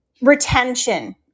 retention